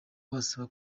bubasaba